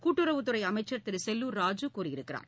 கூட்டுறவுத்துறை அமைச்சர் திரு செல்லூர் ராஜூ கூறியுள்ளார்